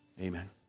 Amen